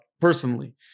personally